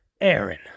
aaron